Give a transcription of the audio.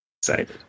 excited